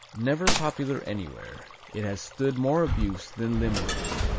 never popular anywhere, it has stood more abuse than limburger,